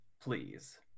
Please